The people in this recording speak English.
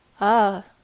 Ah